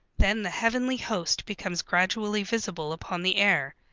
then the heavenly host becomes gradually visible upon the air,